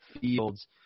Fields